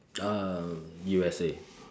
uh U_S_A